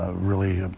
ah really